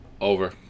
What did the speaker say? Over